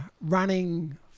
running